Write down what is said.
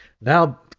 now